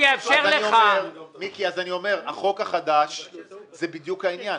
אני אומר שהחוק החדש זה בדיוק העניין,